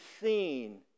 seen